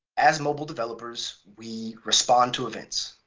as mobile developers, we respond to events.